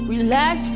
Relax